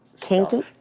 Kinky